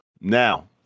Now